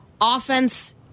offense